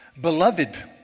beloved